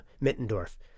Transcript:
Mittendorf